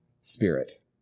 spirit